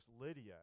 Lydia